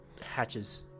hatches